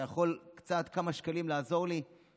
יכול אולי קצת לעזור לי בכמה שקלים?